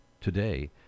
today